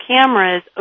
cameras